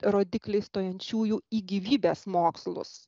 rodikliai stojančiųjų į gyvybės mokslus